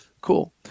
cool